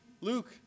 Luke